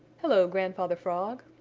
hello, grandfather frog,